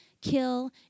kill